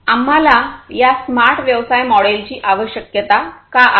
आम्हाला या स्मार्ट व्यवसाय मॉडेलची आवश्यकता का आहे